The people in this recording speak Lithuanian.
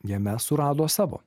jame surado savo